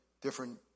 different